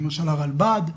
למשל הרלב"ד,